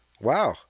wow